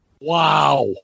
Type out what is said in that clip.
Wow